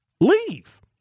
Leave